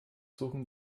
suchen